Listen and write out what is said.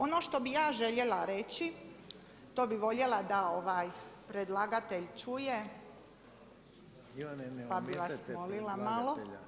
Ono što bi ja željela reći, to bi voljela da predlagatelj čuje … [[Upadica se ne čuje.]] pa bi vas molila malo.